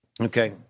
Okay